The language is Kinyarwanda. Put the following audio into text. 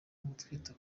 gutwita